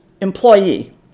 employee